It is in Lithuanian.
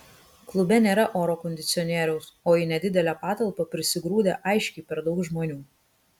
klube nėra oro kondicionieriaus o į nedidelę patalpą prisigrūdę aiškiai per daug žmonių